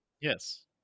Yes